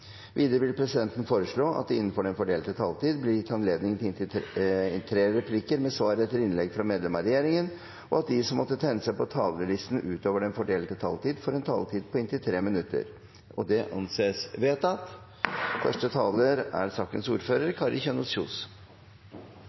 Videre vil presidenten foreslå at det – innenfor den fordelte taletid – blir gitt anledning til replikkordskifte på inntil tre replikker med svar etter innlegg fra medlemmer av regjeringen, og at de som måtte tegne seg på talerlisten utover den fordelte taletid, får en taletid på inntil 3 minutter. – Det anses vedtatt.